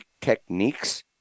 techniques